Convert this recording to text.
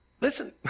Listen